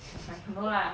no lah